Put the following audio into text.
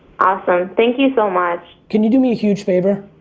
awesome. thank you so much. can you do me a huge favor?